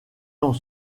dans